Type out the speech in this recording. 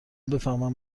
بفهمن